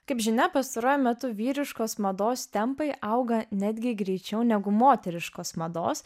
kaip žinia pastaruoju metu vyriškos mados tempai auga netgi greičiau negu moteriškos mados